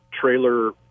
trailer